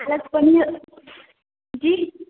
पालक पनीर जी